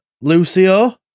Lucio